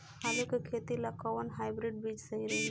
आलू के खेती ला कोवन हाइब्रिड बीज सही रही?